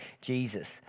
Jesus